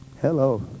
Hello